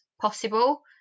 possible